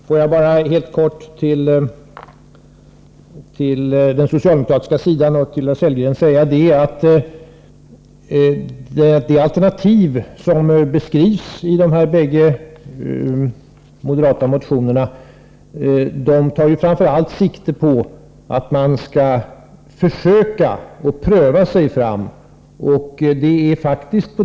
Fru talman! Jag vill till herr Sundgren och den socialdemokratiska sidan helt kort säga att det alternativ som beskrivs i de bägge moderata motionerna framför allt tar sikte på att man skall pröva sig fram.